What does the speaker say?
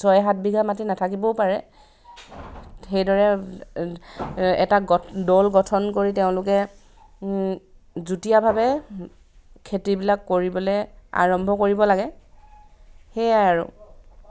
ছয় সাত বিঘা মাটি নাথাকিবও পাৰে সেইদৰে এটা গ দল গঠন কৰি তেওঁলোকে যুটীয়াভাৱে খেতিবিলাক কৰিবলৈ আৰম্ভ কৰিব লাগে সেয়াই আৰু